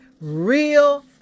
real